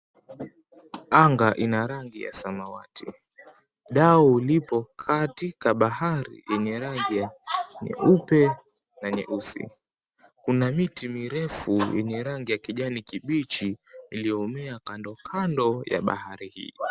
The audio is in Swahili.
Anga ina rangi ya samawati dau lipo katika bahari yenye rangi ya nyeupe na nyeusi. Kuna miti mirefu yenye rangi ya kijani kibichi iliyomea kandokando ya bahari hii.